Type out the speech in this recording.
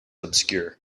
obscure